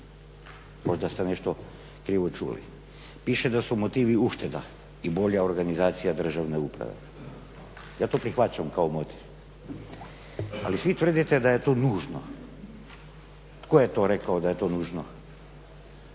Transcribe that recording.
Možda ste nešto krivo čuli. Piše da su motivi ušteda i bolja organizacija državne uprave. Ja to prihvaćam kao motiv, ali svi tvrdite da je to nužno. Tko je to rekao da je to nužno?